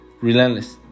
relentless